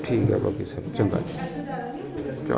ਠੀਕ ਹੈ ਬਾਕੀ ਸਰ ਚੰਗਾ ਜੀ